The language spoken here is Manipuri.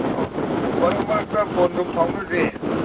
ꯑꯣ ꯃꯔꯛ ꯃꯔꯛꯇ ꯐꯣꯟ ꯑꯗꯨꯝ ꯄꯥꯎꯅꯁꯦ